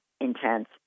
intense